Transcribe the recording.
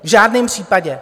V žádném případě!